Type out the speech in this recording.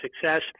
success